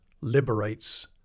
liberates